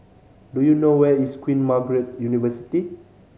do you know where is Queen Margaret University